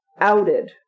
outed